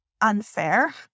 unfair